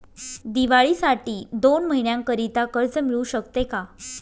दिवाळीसाठी दोन महिन्याकरिता कर्ज मिळू शकते का?